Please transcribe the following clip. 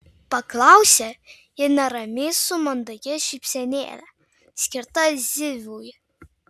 paklausė ji neramiai su mandagia šypsenėle skirta zivui